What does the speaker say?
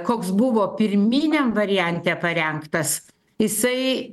koks buvo pirminiam variante parengtas jisai